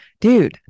Dude